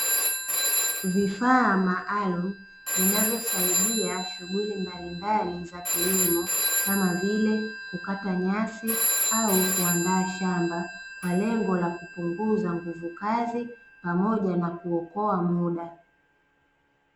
Vifaa maalumu vinavyosadia shughuli mbali mbali za kilimo, kama vile, kukata nyasi au kuandaa shamba, kwa lengo la kupunguza nguvu kazi pamoja na kuokoa muda.